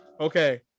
Okay